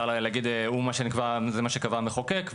זה מה שקבע המחוקק,